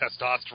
testosterone